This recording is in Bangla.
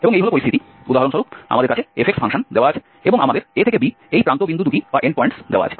এবং এই হল পরিস্থিতি উদাহরণস্বরূপ আমাদের কাছে f ফাংশন দেওয়া আছে এবং আমাদের a থেকে b এই প্রান্তবিন্দু দুটি আছে